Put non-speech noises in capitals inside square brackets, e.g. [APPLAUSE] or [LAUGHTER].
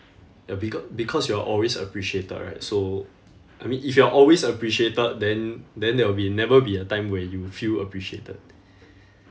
ya becau~ because you are always appreciated right so I mean if you are always appreciated then then there will be never be a time where you feel appreciated [BREATH]